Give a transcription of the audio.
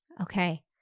Okay